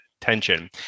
tension